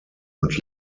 und